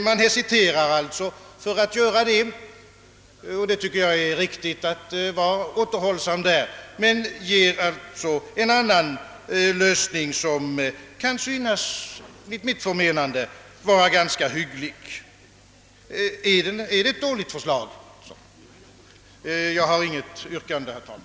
Man hesiterar dock för att göra det — och jag tycker det är riktigt att vara återhållsam härvidlag — men vi anger en annan lösning som enligt mitt förmenande är hygglig. Är det ett dåligt förslag? Jag har inget yrkande, herr talman.